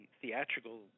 theatrical